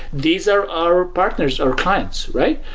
these are our partners, our clients, right?